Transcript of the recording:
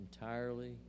entirely